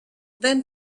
then